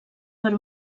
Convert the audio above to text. per